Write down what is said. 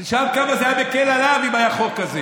תשאל כמה זה היה מקל עליו אם היה חוק כזה